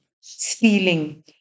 stealing